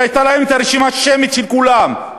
הייתה להם הרשימה השמית של כולם,